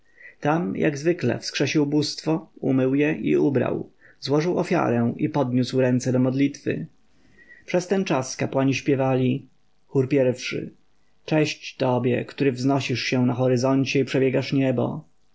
tam jak zwykle wskrzesił bóstwo umył je i ubrał złożył ofiarę i podniósł ręce do modlitwy przez ten czas kapłani śpiewali chór i cześć tobie który wznosisz się na horyzoncie i przebiegasz niebo